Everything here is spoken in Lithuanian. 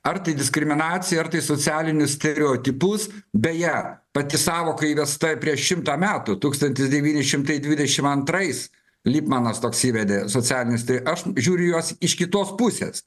ar tai diskriminaciją ar tai socialinius stereotipus beje pati sąvoka įvesta prieš šimtą metų tūkstantis devyni šimtai dvidešimt antrais lipmanas toks įvedė socialinis tai aš žiūriu į juos iš kitos pusės